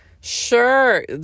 sure